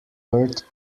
perth